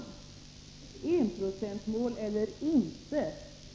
Skall vi ha enprocentsmål eller inte?